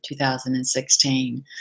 2016